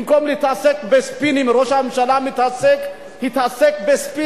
במקום להתעסק בספינים, ראש הממשלה מתעסק בספינים.